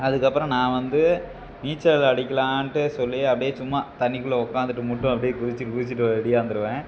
அதுக்கப்புறம் நான் வந்து நீச்சல் அடிக்கலான்ட்டு சொல்லி அப்படியே சும்மா தண்ணிக்குள்ளே உட்காந்துட்டு மட்டும் அப்படியே குதிச்சுட்டு குதிச்சுட்டு ஒடியாந்துடுவேன்